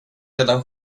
redan